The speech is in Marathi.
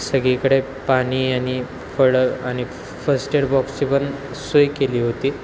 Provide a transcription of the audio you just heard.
सगळीकडे पाणी आणि फळं आणि फस्ट एड बॉक्सची पण सोय केली होती